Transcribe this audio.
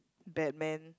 batman